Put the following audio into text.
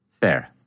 Fair